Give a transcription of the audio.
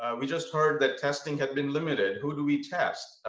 ah we just heard that testing had been limited. who do we test?